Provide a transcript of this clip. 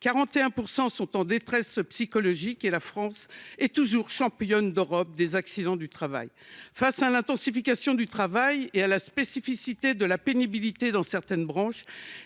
41 % en détresse psychologique. Par ailleurs, la France est toujours championne d’Europe des accidents du travail. Face à cette intensification du travail et à la spécificité de la pénibilité dans certaines branches,